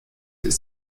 ist